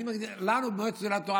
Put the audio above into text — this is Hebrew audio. לנו אמרו במועצת התורה,